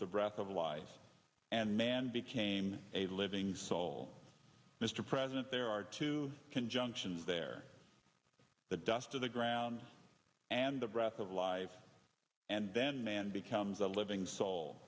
the breath of life and man became a living soul mr president there are two conjunction there the dust of the ground and the breath of life and then man becomes a living soul